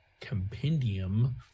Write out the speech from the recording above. compendium